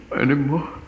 anymore